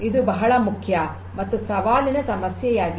ಇದು ಬಹಳ ಮುಖ್ಯ ಮತ್ತು ಸವಾಲಿನ ಸಮಸ್ಯೆಯಾಗಿದೆ